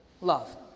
love